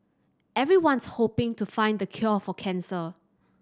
everyone's hoping to find the cure for cancer